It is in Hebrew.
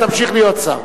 תמשיך להיות שר.